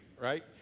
right